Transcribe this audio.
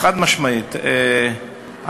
חד-משמעית,